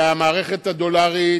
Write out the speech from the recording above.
והמערכת הדולרית